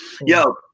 Yo